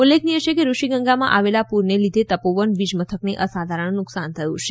ઉલ્લેખનીય છે કે ઋષીગંગામાં આવેલા પૂરના લીઘે તપોવન વીજ મથકને અસાધારણ નુકસાન થયું છે